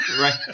Right